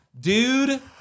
Dude